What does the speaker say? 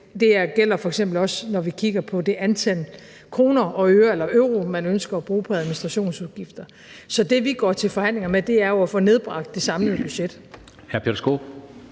Det gælder f.eks. også, når vi kigger på det antal kroner og øre eller euro, man ønsker at bruge på administrationsudgifter. Så det, vi går til forhandlinger med, er at få nedbragt det samlede budget. Kl.